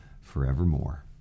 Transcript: forevermore